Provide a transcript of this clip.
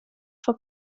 for